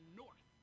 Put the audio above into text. north